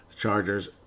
Chargers